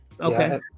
okay